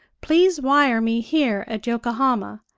please wire me here at yokohama,